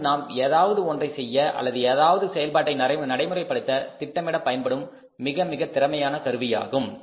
அது நாம் ஏதாவது ஒன்றை செய்ய அல்லது ஏதாவது செயல்பாட்டை நடைமுறைப்படுத்த திட்டமிட பயன்படும் மிக மிக திறமையான கருவியாகும்